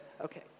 okay